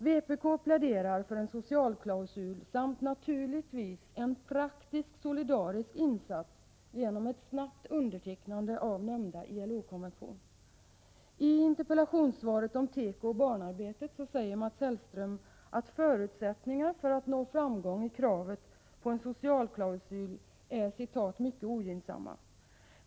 Vpk pläderar för en socialklausul samt naturligtvis en praktisk solidarisk insats genom ett snabbt undertecknande av nämnda ILO-konvention. I interpellationssvaret om teko och barnarbetet säger Mats Hellström att förutsättningar för att nå framgång med kravet på en socialklausul är ”mycket ogynnsamma”.